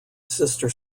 sister